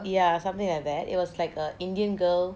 ya something like that it was like a indian girl